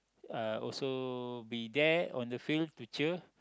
uh also be there on the field to cheer